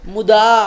Muda